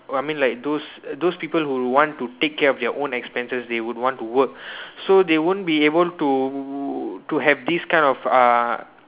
I mean like those those people who want to take care of their own expenses they would want to work so they won't be able to to have this kind of uh